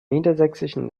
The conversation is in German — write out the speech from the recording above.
niedersächsischen